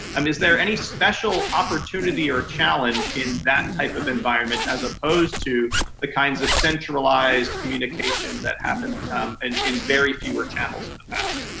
um is there any special opportunity or challenge in that type of environment as opposed to the kinds of centralized communication that happened and in very fewer channels in the past?